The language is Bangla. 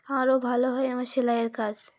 আরও ভালো হয় আমার সেলাইয়ের কাজ